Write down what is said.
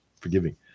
forgiving